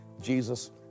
Jesus